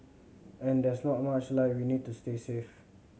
and there's not much light we need to stay safe